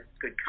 good